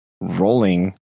rolling